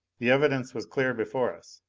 the evidence was clear before us.